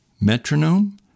metronome